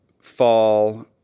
fall